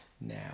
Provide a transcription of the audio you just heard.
now